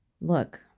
Look